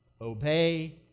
obey